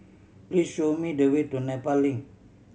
please show me the way to Nepal Link